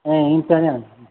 એમ છે ને